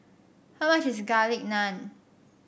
how much is Garlic Naan